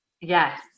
yes